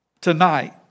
tonight